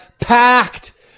packed